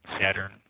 Saturn